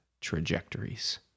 trajectories